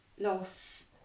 loss